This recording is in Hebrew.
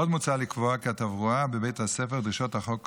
עוד מוצע לקבוע כי התברואה בבית הספר ודרישות חוק